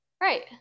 Right